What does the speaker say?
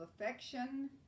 affection